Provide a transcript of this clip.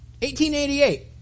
1888